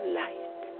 light